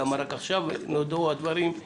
למה רק עכשיו נודעו הדברים?